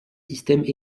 systèmes